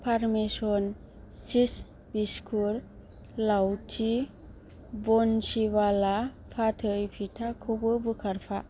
Parmesan cheese biscuit लाउथि बन्सिवाला फाथै फिथाखौबो बोखारफा